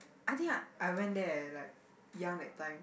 I think I went there like young that time